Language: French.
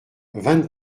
vingt